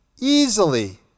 easily